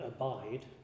abide